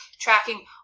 tracking